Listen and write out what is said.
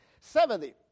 Seventy